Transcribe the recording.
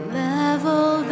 level